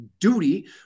duty